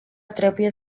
trebuie